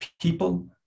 people